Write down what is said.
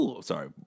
Sorry